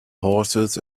horses